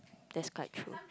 that's quite true